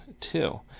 two